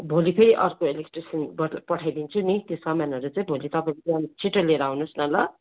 भोलि फेरि अर्को इलेक्ट्रिसियन पठ पठाइदिन्छु नि त्यो सामानहरू चाहिँ भोलि तपाईँले बिहान छिटो लिएर आउनुस् न ल